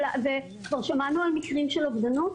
כבר שמענו על מקרים של אובדנות.